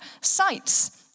sites